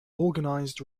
organized